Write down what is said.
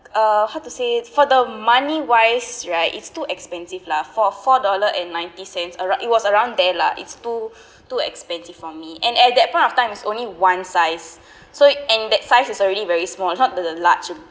uh how to say it for the money-wise right it's too expensive lah for four dollar and ninety cents around it was around there lah it's too too expensive for me and at that point of time it's only one size so and that size is already very small not the large